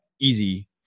easy